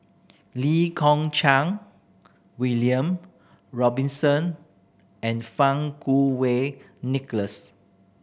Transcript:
Lee Kong Chian William Robinson and Fang Kuo Wei Nicholas